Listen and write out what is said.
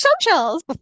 socials